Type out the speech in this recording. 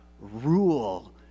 rule